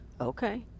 Okay